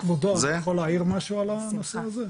כבודו אני יכול להעיר משהו על הנושא הזה?